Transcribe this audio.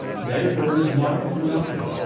therefore is mark forgotten,